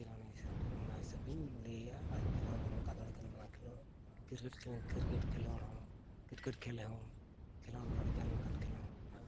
ᱠᱷᱮᱞᱳᱰ ᱦᱤᱥᱟᱹᱵᱛᱮ ᱚᱱᱟ ᱦᱤᱥᱟᱹᱵ ᱛᱮᱧ ᱞᱟᱹᱭᱮᱜᱼᱟ ᱠᱷᱮᱞᱳᱰ ᱫᱚ ᱱᱚᱝᱠᱟᱱ ᱫᱟᱲᱮ ᱠᱟᱱᱟ ᱚᱱᱟ ᱠᱷᱮᱞᱳᱰ ᱠᱨᱤᱠᱮᱴ ᱠᱷᱮᱞ ᱠᱨᱤᱠᱮᱴ ᱠᱷᱮᱞᱳᱰ ᱦᱚᱸ ᱠᱨᱤᱠᱮᱴ ᱠᱷᱮᱞ ᱨᱮᱦᱚᱸ ᱠᱷᱮᱞᱳᱰ ᱫᱚ ᱟᱹᱰᱤ ᱜᱟᱱ ᱜᱮ ᱠᱷᱮᱞᱳᱰ ᱦᱮᱱᱟᱜᱼᱟ